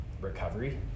recovery